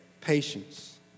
patience